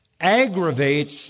aggravates